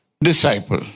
disciple